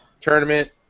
tournament